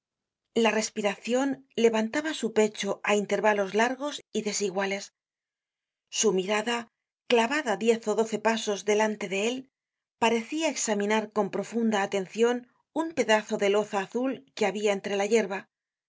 la respiracion levantaba su pecho á intervalos largos y desiguales su mirada clavada diez ó doce pasos delante de él parecia examinar con profunda atencion un pedazo de loza azul que habia entre la yerba